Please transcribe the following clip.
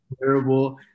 terrible